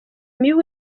mibi